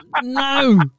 No